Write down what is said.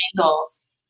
angles